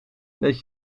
dat